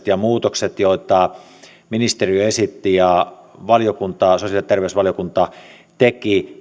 ja muutosten jälkeen joita ministeriö esitti ja sosiaali ja terveysvaliokunta teki